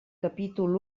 capítol